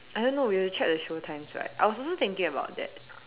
I don't know we will check the show times right I was also thinking about that